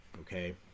okay